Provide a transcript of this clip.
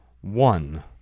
one